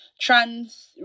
trans